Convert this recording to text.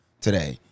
today